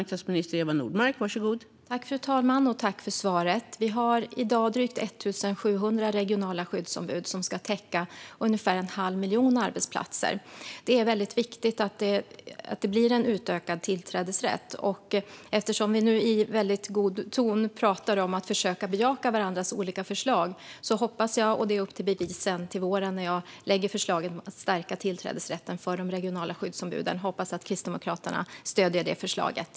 Fru talman! Tack för svaret! Vi har i dag drygt 1 700 regionala skyddsombud som ska täcka ungefär en halv miljon arbetsplatser. Det är väldigt viktigt att det blir en utökad tillträdesrätt. Vi har nu i väldigt god ton pratat om att försöka bejaka varandras förslag. Det är upp till bevis sedan till våren när jag lägger fram förslaget att stärka tillträdesrätten för de regionala skyddsombuden. Jag hoppas att Kristdemokraterna stöder det förslaget.